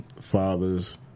fathers